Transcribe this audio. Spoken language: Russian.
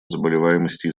заболеваемости